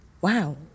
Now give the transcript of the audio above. wow